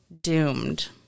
doomed